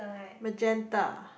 magenta